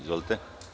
Izvolite.